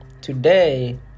today